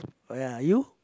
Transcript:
oh ya you